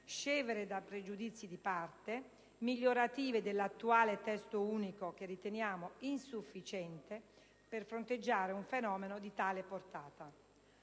scevre da pregiudizi di parte, migliorative dell'attuale testo unico, che riteniamo insufficiente per fronteggiare un fenomeno di tale portata.